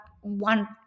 one